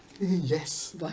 Yes